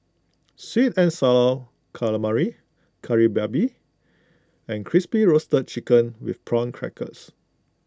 Sweet and Sour Calamari Kari Babi and Crispy Roasted Chicken with Prawn Crackers